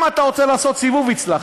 אם אתה רוצה לעשות סיבוב, הצלחת.